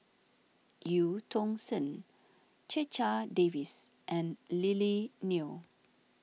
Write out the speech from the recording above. Eu Tong Sen Checha Davies and Lily Neo